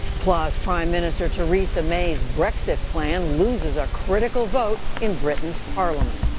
plus prime minister theresa may's brexit plan loses a critical vote in britain's parliament.